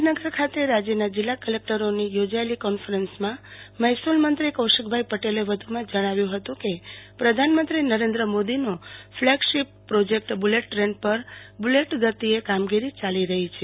ગાધીનગર ખાતે રાજયના જીલ્લા કલેક્ટરોની યોજાયેલી કોન્ફરન્સમાં મહેસુલ મંત્રી કૌશિકભાઈ પટેલે વધુમાં જણાવ્યુ હતું કે પ્રધાનમંત્રી નરેન્દ્ર મોદીનો ફલેગશિપ પ્રોજેક્ટ બુલેટ દ્રેન પર બુલેટ ગતિએ કામગીરી યાલી રહી છે